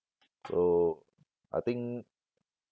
so I think